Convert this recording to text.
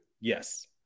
Yes